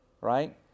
Right